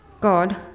God